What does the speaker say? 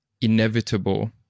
inevitable